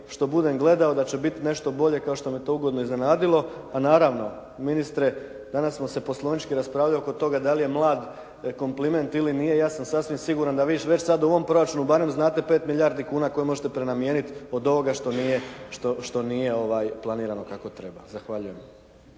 što budem gledao da će biti nešto bolje kao što me to ugodno iznenadilo, a naravno ministre danas smo se poslovnički raspravljao oko toga dali je mlad kompliment ja sam sasvim siguran da vi već sada u ovom proračunu barem znate 5 milijardi kuna koje možete prenamijeniti od ovoga što nije planirano kako treba. Zahvaljujem.